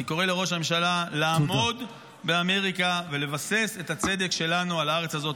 אני קורא לראש הממשלה לעמוד באמריקה ולבסס את הצדק שלנו על הארץ הזאת.